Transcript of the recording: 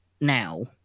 now